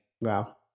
Wow